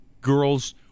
girls